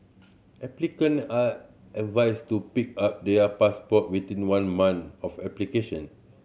applicant are advised to pick up their passport within one month of application